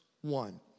one